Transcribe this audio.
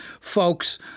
folks